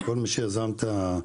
כל מי שיזם את החקיקה,